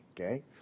okay